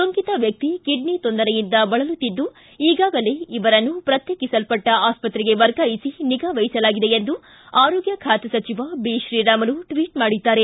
ಸೋಂಕಿತ ವ್ಯಕ್ತಿ ಕಿಡ್ನಿ ತೊಂದರೆಯಿಂದ ಬಳಲುತ್ತಿದ್ದು ಈಗಾಗಲೇ ಇವರನ್ನು ಪ್ರತ್ಯೇಕಸಲ್ಪಟ್ಟ ಆಸ್ಪತ್ರೆಗೆ ವರ್ಗಾಯಿಸಿ ನಿಗಾವಹಿಸಲಾಗಿದೆ ಎಂದು ಆರೋಗ್ಯ ಬಾತೆ ಸಚಿವ ಬಿತ್ರೀರಾಮುಲು ಟ್ವಿಟ್ ಮಾಡಿದ್ದಾರೆ